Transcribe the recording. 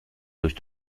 durch